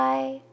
Bye